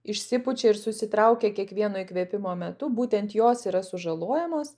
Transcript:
išsipučia ir susitraukia kiekvieno įkvėpimo metu būtent jos yra sužalojamos